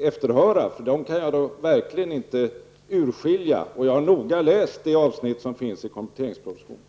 efterhöra -- dem kan jag då verkligen inte urskilja, och jag har noga läst avsnittet i kompletteringspropositionen.